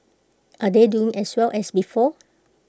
are they doing as well as before